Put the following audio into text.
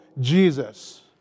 Jesus